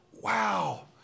Wow